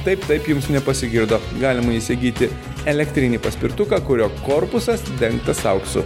taip taip jums nepasigirdo galima įsigyti elektrinį paspirtuką kurio korpusas dengtas auksu